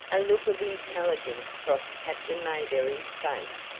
a look of intelligence crossed captain mayberry's face.